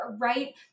right